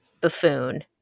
buffoon